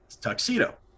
tuxedo